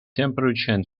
temperature